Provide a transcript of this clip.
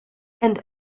and